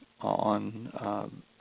on